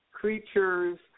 creatures